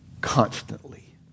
constantly